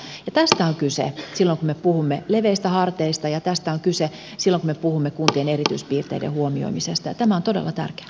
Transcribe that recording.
tästä on kyse silloin kun me puhumme leveistä harteista ja tästä on kyse silloin kun me puhumme kuntien erityispiirteiden huomioimisesta ja tämä on todella tärkeää